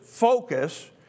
Focus